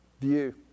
view